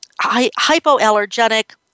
hypoallergenic